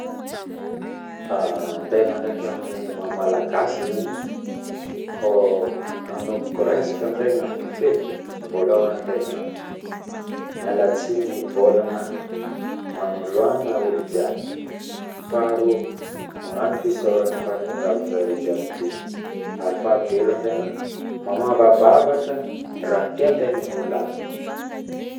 Antegna zaigny mahamalagasy zaigny koa anombiko resaka antegna aminy fety voalohany antegna mialatsigny hivolagna magnoloagna olojiaby faharoa magnano fisoragna fahatongovanjare jiaby te fahatelo antegna mamavabavatra raha tiantegna hivolagnigny